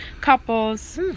couples